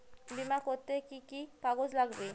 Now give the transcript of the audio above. বিমা করতে কি কি কাগজ লাগবে?